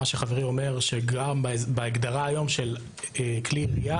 מה שחברי אומר הוא שגם בהגדרה היום של כלי ירייה,